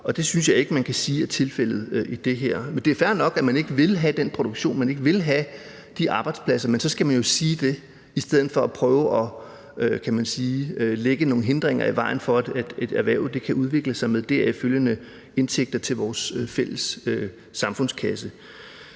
det synes jeg ikke man kan sige er tilfældet i det her. Det er fair nok, at man ikke vil have den produktion, at man ikke vil have de arbejdspladser, men så skal man jo sige det i stedet for at prøve at – kan man sige – lægge nogle hindringer i vejen for, at et erhverv kan udvikle sig med deraf følgende indtægter til vores fælles samfundskasse.